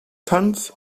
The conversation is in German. tanz